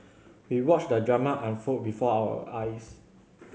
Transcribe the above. we watched the drama unfold before our eyes